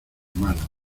manos